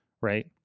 right